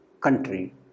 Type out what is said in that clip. country